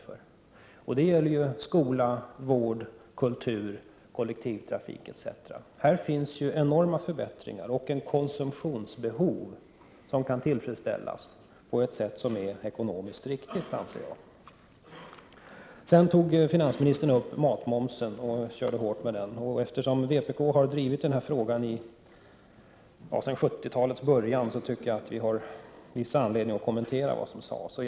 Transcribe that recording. Det handlar alltså om skolor, vård, kultur, kollektivtrafik etc. På dessa områden kan vi åstadkomma enorma förbättringar och det föreligger ett konsumtionsbehov som kan tillfredsställas på ett sätt som är ekonomiskt riktigt. Finansministern tog också upp frågan om matmomsen. Eftersom vpk har drivit denna fråga sedan 1970-talets början har vi anledning att kommentera vad finansministern nu har sagt.